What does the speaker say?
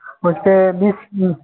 वैसे बीस